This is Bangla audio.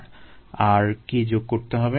আর কী যোগ করতে হবে